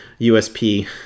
USP